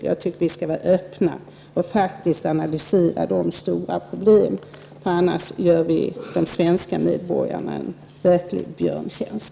Jag tycker att vi skall vara öppna och faktiskt analysera de stora problemen. Annars gör vi de svenska medborgarna en verklig björntjänst.